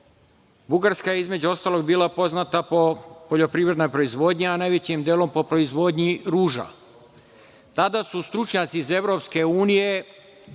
Bugarska je, između ostalog, bila poznata po poljoprivrednoj proizvodnji, a najvećim delom po proizvodnji ruža. Kada su stručnjaci iz EU tvrdili da nije